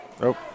Nope